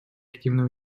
активное